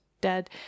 dead